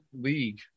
League